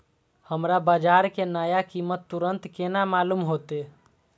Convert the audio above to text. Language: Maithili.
हमरा बाजार के नया कीमत तुरंत केना मालूम होते?